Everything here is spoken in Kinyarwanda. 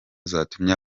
zatumye